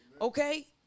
okay